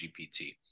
GPT